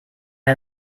der